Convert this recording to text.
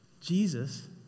Jesus